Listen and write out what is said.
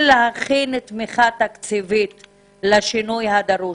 להכין תמיכה תקציבית לשינוי הדרוש.